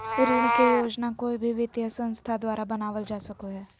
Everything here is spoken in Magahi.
ऋण के योजना कोय भी वित्तीय संस्था द्वारा बनावल जा सको हय